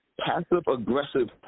passive-aggressive